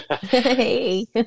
Hey